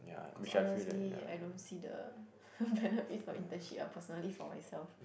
cause honestly I don't see the benefits of internship ah personally for myself